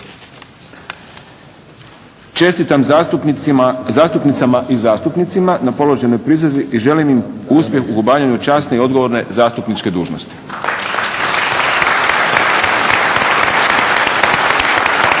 Čestitam zastupnicama i zastupnicima na položenoj prisezi i želim im uspjeh u obavljanju časne i odgovorne zastupničke dužnosti.